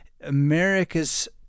America's